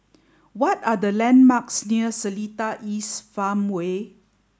what are the landmarks near Seletar East Farmway